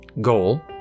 goal